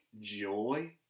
joy